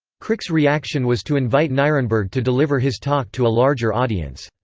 crick's reaction was to invite nirenberg to deliver his talk to a larger audience.